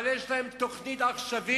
אבל יש להם תוכנית עכשווית,